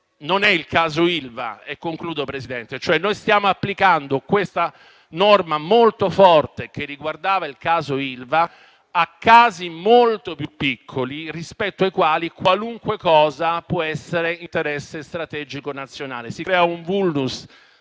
Non è il caso Ilva. Noi stiamo applicando questa norma molto forte che riguardava il caso Ilva a casi molto più piccoli rispetto ai quali qualunque cosa può essere interesse strategico nazionale. Si crea un *vulnus*